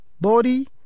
body